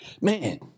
man